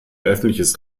öffentliches